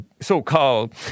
so-called